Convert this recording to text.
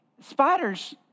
spiders